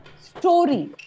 story